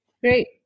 Great